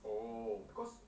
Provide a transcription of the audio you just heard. oh cause